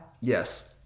Yes